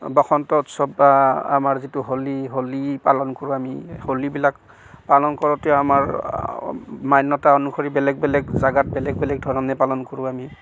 বসন্ত উৎসৱ বা আমাৰ যিটো হোলী হোলী পালন কৰে আমি হোলীবিলাক পালন কৰোঁতেও আমাৰ মান্যতা অনুসৰি বেলেগ বেলেগ জেগাত বেলেগ বেলেগ ধৰণে পালন কৰোঁ আমি